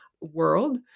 world